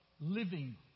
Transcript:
living